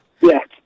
Yes